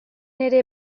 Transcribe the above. ere